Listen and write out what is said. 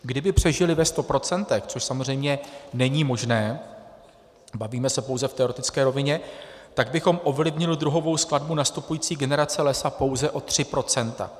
Kdyby přežily ve 100 procentech, což samozřejmě není možné, bavíme se pouze v teoretické rovině, tak bychom ovlivnili druhovou skladbu nastupující generace lesa pouze o 3 procenta.